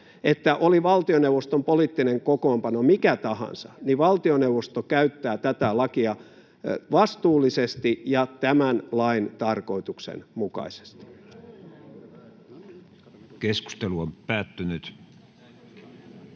että oli valtioneuvoston poliittinen kokoonpano mikä tahansa, valtioneuvosto käyttää tätä lakia vastuullisesti ja tämän lain tarkoituksen mukaisesti. [Eduskunnasta: